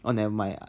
oh nevermind lah